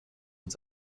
uns